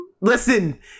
Listen